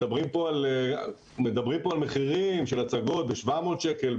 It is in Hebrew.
מדברים פה על מחירים של הצגות ב-700 שקל,